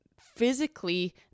physically